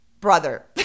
brother